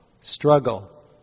Struggle